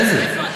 איזה נתון?